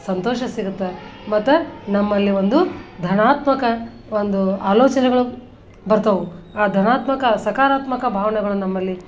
ಸಂತೋಷ ಸಿಗುತ್ತೆ ಮತ್ತು ನಮ್ಮಲ್ಲಿ ಒಂದು ಧನಾತ್ಮಕ ಒಂದು ಆಲೋಚನೆಗಳು ಬರ್ತವೆ ಆ ಧನಾತ್ಮಕ ಸಕರಾತ್ಮಕ ಭಾವನೆಗಳು ನಮ್ಮಲ್ಲಿ